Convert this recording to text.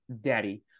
Daddy